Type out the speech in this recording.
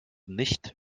nicht